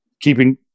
keeping